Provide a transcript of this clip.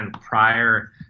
prior